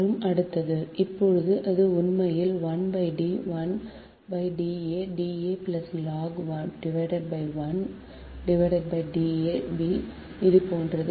மற்றும் அடுத்து இப்போது இது உண்மையில் 1 D 1 D a D a log 1 D a b இது போன்றது